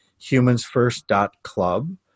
humansfirst.club